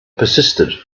persisted